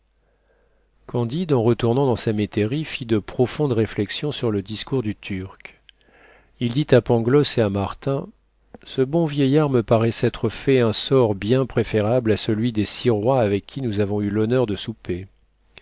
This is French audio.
candide en retournant dans sa métairie fit de profondes réflexions sur le discours du turc il dit à pangloss et à martin ce bon vieillard me paraît s'être fait un sort bien préférable à celui des six rois avec qui nous avons eu l'honneur de souper